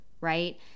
right